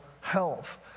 health